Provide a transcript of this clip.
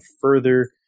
further